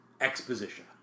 exposition